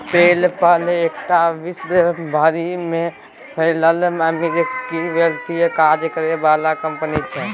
पे पल एकटा विश्व भरि में फैलल अमेरिकी वित्तीय काज करे बला कंपनी छिये